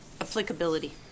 applicability